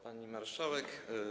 Pani Marszałek!